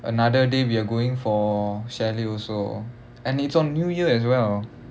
another day we are going for chalet also and it's on new year as well